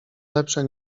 lepsze